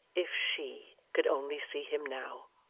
if she could only see him now!